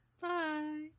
Bye